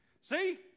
see